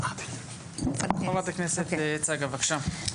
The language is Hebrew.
חברת הכנסת צגה, בבקשה.